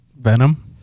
Venom